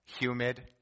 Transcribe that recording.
humid